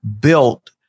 built